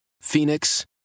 Phoenix